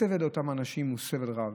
הסבל של אותם אנשים הוא סבל רב.